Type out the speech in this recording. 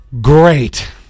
Great